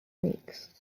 weeks